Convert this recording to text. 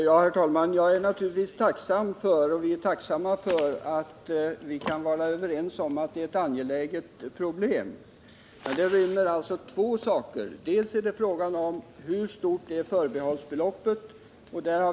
Herr talman! Vi är naturligtvis tacksamma för att vi är överens om att det är ett angeläget problem. Men det rymmer alltså två saker: Dels är det fråga om hur stort förbehållsbeloppet är.